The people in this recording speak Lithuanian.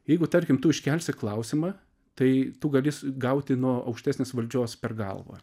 jeigu tarkim tu iškelsi klausimą tai tu gali gauti nuo aukštesnės valdžios per galvą